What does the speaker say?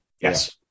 Yes